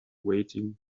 waiting